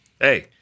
Hey